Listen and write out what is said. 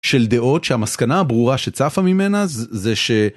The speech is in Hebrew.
של דעות שהמסקנה הברורה שצפה ממנה זה ש.